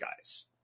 guys